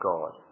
God